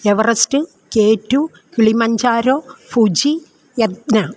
Everest K two Kilimanjaro Fuji യത്ന